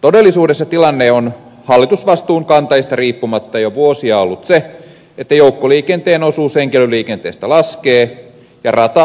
todellisuudessa tilanne on hallitusvastuun kantajista riippumatta jo vuosia ollut se että joukkoliikenteen osuus henkilöliikenteestä laskee ja rata ja tieverkko rapistuu